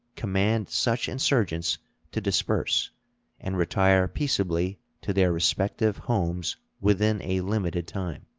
command such insurgents to disperse and retire peaceably to their respective homes within a limited time